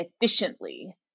efficiently